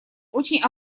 очень